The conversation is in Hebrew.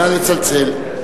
נא לצלצל.